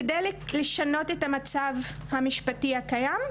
כדי לשנות את המצב המשפטי הקיים,